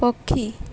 ପକ୍ଷୀ